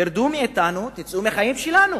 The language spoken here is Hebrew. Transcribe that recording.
תרדו מאתנו, תצאו מהחיים שלנו.